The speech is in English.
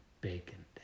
Bacon